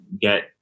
get